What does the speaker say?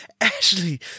Ashley